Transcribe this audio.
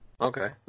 Okay